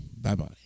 Bye-bye